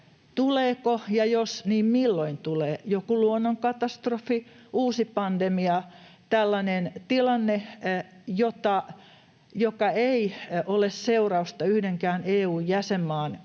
tuleeko, ja jos, niin milloin tulee, joku luonnonkatastrofi, uusi pandemia, tällainen tilanne, joka ei ole seurausta yhdenkään EU:n jäsenmaan